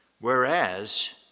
whereas